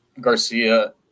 Garcia